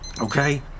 okay